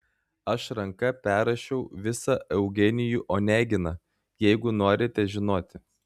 aš ranka perrašiau visą eugenijų oneginą jeigu norite žinoti